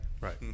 Right